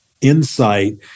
insight